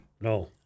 No